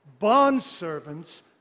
bondservants